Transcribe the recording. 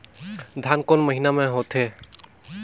धान कोन महीना मे होथे?